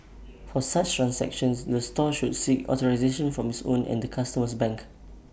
for such transactions the store should seek authorisation from its own and the customer's bank